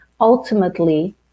ultimately